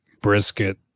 brisket